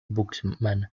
bookman